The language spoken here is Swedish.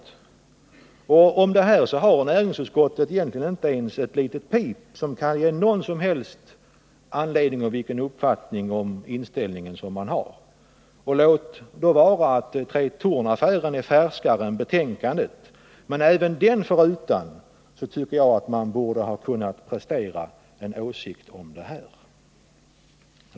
ös Om det här har näringsutskottet egentligen inte ens sagt ett litet pip, som skulle kunna ge en uppfattning om utskottets inställning. Låt vara att Tretornaffären är färskare än betänkandet: även den förutan borde man ha kunnat prestera en åsikt om det här.